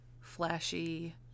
flashy